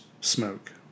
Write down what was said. smoke